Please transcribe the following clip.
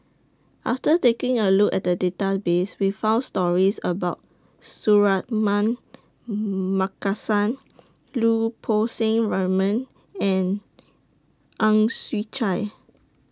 after taking A Look At The Database We found stories about Suratman Markasan Lau Poo Seng Raymond and Ang Chwee Chai